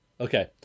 Okay